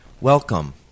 Welcome